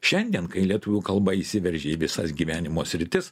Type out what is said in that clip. šiandien kai lietuvių kalba įsiveržė į visas gyvenimo sritis